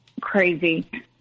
crazy